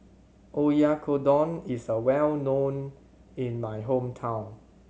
Oyakodon is a well known in my hometown